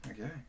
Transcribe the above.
Okay